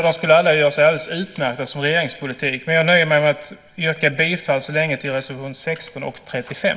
De skulle alla göra sig alldeles utmärkt som regeringspolitik, men jag nöjer mig så länge med att yrka bifall till reservationerna 16 och 35.